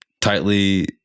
tightly